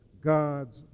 God's